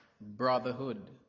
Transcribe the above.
brotherhood